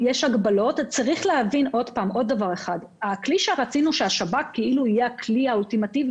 צריך להבין עוד דבר אחד: ברור לכולנו שהשב"כ הוא לא הכלי האולטימטיבי,